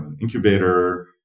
incubator